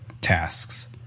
tasks